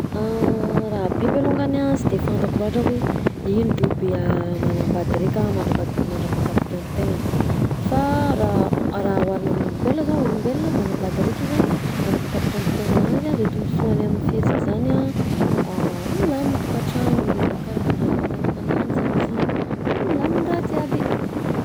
Raha biby alongany a sy de fantako loatra hoe ino biby manambady raika mandrapa- mandrapahatapitra androm-piaignany, fa raha raha oharina amin'ny olombelona zao, olombelona manambady raika izy a mandrapahatapitra androm-piaignana ananjy a de tombonsoany amy fihetsika zany a milamina tokan-tragnony, mikarakara vady aman-janaka ananjy izy, milamina raha jiaby.